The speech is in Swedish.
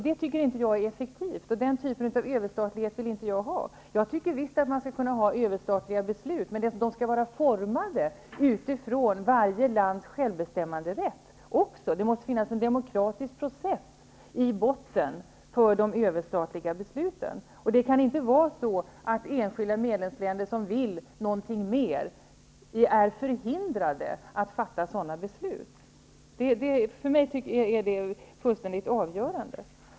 Det tycker jag inte är effektivt. Den typen av överstatlighet vill jag inte ha. Jag tycker visst att man kan fatta överstatliga beslut, men de skall vara formade utifrån varje lands självbestämmanderätt. Det måste finnas en demokratisk process i botten för de överstatliga besluten. Det kan inte vara så att enskilda medlemsländer som vill någonting mer är förhindrade att fatta sådana beslut. För mig är det fullständigt avgörande.